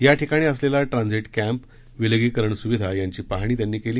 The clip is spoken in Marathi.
याठिकाणी असलेला ट्रांझिट कॅम्प विलगीकरण स्विधेची पाहणी त्यांनी केली